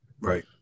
Right